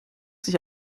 sich